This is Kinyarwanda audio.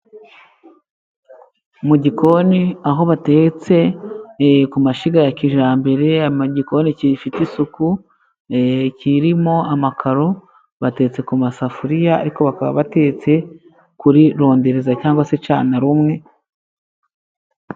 Mu gikoni aho batetse kumashyiga ya kijyambere igikoni kifite isuku kiririmo amakaro batetse ku masafuriya ariko bakaba batetse kuri rondereza cg se cana rumwe.